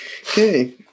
Okay